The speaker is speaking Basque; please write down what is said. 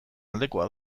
aldekoa